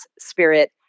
spirit